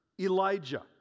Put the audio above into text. Elijah